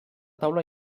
taula